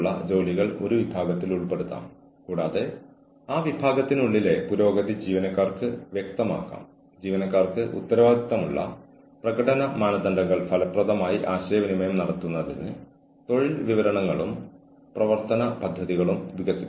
ജോലിസ്ഥലത്തെ ഭീഷണിപ്പെടുത്തൽ ഒരു തരത്തിലുള്ള ഉപദ്രവമാണ് അത് ജീവനക്കാർക്ക് മാനസിക ക്ലേശം ശാരീരിക രോഗങ്ങൾ ഉൽപ്പാദനക്ഷമത നഷ്ടപ്പെടൽ വിഷലിപ്തമായ അന്തരീക്ഷത്തിൽ നിന്ന് വിട്ടുനിൽക്കാനുള്ള ഉയർന്ന പ്രവണത എന്നിവയിൽ കലാശിക്കുന്നു